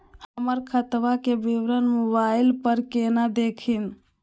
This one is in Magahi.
हमर खतवा के विवरण मोबाईल पर केना देखिन?